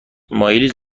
مایلید